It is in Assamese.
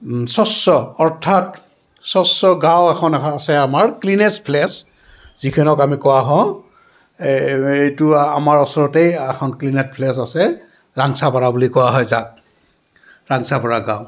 স্বচ্ছ অৰ্থাৎ স্বচ্ছ গাঁও এখন এ আছে আমাৰ ক্লনেষ্ট ফ্লেছ যিখনক আমি কোৱা হওঁ এইটো আমাৰ ওচৰতেই এখন ক্লনেট ফ্লেছ আছে ৰাংচাপাৰা বুলি কোৱা হয় যাক ৰাংচাপাৰা গাঁও